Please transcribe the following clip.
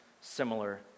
similar